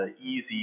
easy